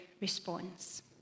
responds